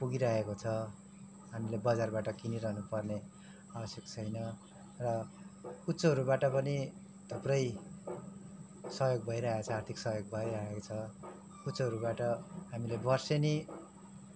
पुगिराखेको छ हामीले बजारबाट किनिरहनु पर्ने आवश्यक छैन र कुचोहरूबाट पनि थुप्रै सहयोग भइरहेछ आर्थिक सहयोग भइराखेको छ कुचोहरूबाट हामीले बर्सेनी